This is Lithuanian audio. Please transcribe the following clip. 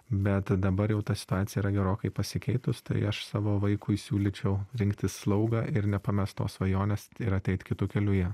bet dabar jau ta situacija yra gerokai pasikeitus tai aš savo vaikui siūlyčiau rinktis slaugą ir nepamest tos svajonės ir ateit kitu keliu į ją